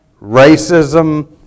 racism